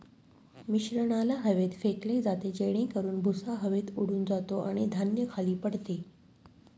मिश्रणाला हवेत फेकले जाते जेणेकरून भुसा हवेत उडून जातो आणि धान्य खाली पडते